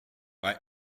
vrai